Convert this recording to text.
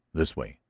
this way,